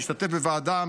משתתף בוועדה,